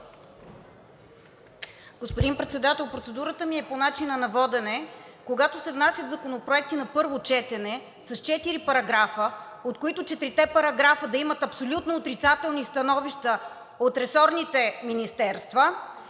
Господин Председател, процедурата ми е по начина на водене. Когато се внасят законопроекти на първо четене с четири параграфа, от които и четирите параграфа да имат абсолютно отрицателни становища от ресорните министерства